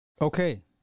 okay